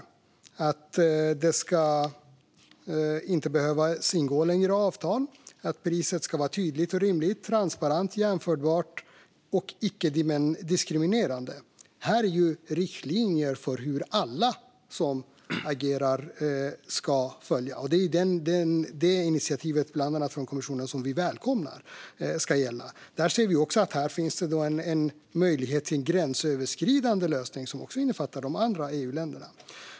Man ska inte behöva ingå längre avtal, priset ska vara tydligt och rimligt och det ska vara transparent, jämförbart och icke-diskriminerande. Det här är riktlinjer som alla som agerar ska följa, och vi välkomnar initiativet från kommissionen. Där ser vi också en möjlighet till en gränsöverskridande lösning som också innefattar de andra EU-länderna.